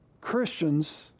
Christians